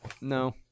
No